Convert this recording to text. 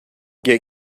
get